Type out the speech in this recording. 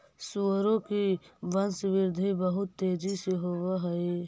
सुअरों की वंशवृद्धि बहुत तेजी से होव हई